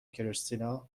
کریستینا